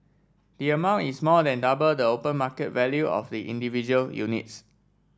the amount is more than double the open market value of the individual units